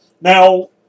Now